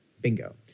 Bingo